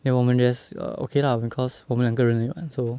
then 我们 just err okay lah because 我们两个人而已 [what] so